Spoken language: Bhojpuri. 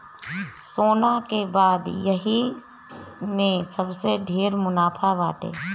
सोना के बाद यही में सबसे ढेर मुनाफा बाटे